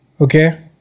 okay